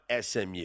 SMU